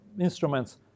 instruments